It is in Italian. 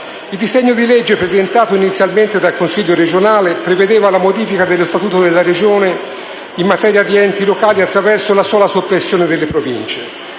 Il disegno di legge, presentato inizialmente dal Consiglio regionale, prevedeva la modifica dello Statuto della Regione in materia di enti locali attraverso la sola soppressione delle Province.